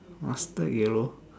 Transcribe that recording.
mustard yellow